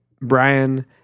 Brian